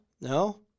No